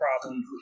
problem